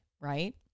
right